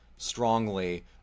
strongly